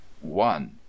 One